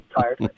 tired